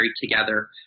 together